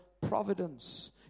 providence